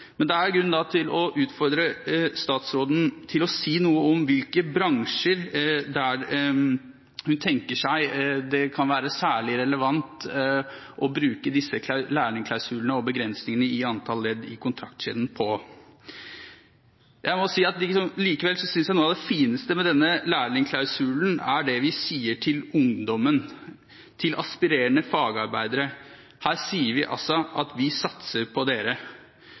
Men det er da grunn til å utfordre statsråden til å si noe om hvilke bransjer hun tenker seg det kan være særlig relevant å bruke disse lærlingklausulene og begrensningene i antall ledd i kontraktskjeden. Jeg må likevel si at noe av det fineste med denne lærlingklausulen er det vi sier til ungdommen, til aspirerende fagarbeidere. Her sier vi: Vi satser på dere.